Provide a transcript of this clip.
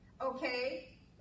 Okay